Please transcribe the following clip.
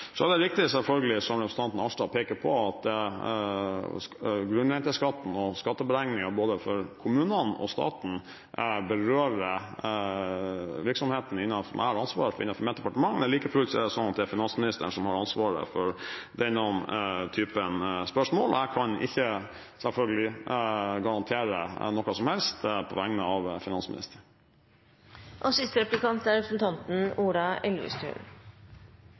Det er selvfølgelig riktig som representanten Arnstad peker på, at grunnrenteskatten og skatteberegningen for både kommunene og staten berører virksomhetene som jeg har ansvar for innenfor mitt departement. Like fullt er det slik at det er finansministeren som har ansvaret for denne typen spørsmål, og jeg kan selvfølgelig ikke garantere for noe som helst på vegne av finansministeren. Et av de viktige vedtakene etter budsjettforliket er